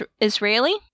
Israeli